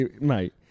mate